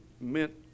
meant